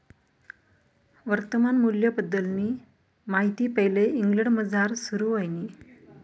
वर्तमान मूल्यबद्दलनी माहिती पैले इंग्लंडमझार सुरू व्हयनी